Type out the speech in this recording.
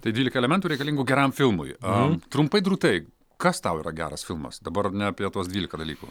tai dvylika elementų reikalingų geram filmui am trumpai drūtai kas tau yra geras filmas dabar ne apie tuos dvylika dalykų